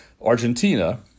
Argentina